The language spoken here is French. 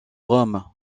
rome